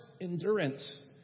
endurance